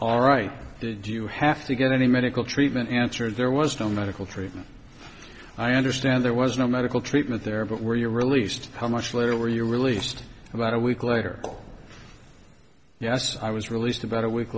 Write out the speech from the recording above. all right did you have to get any medical treatment answer there was no medical treatment i understand there was no medical treatment there but were you released punch little were you released about a week later yes i was released about a week